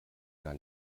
gar